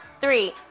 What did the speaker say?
Three